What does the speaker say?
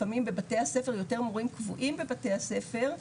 לפעמים בבתי הספר יותר מורים קבועים בבתי הספר,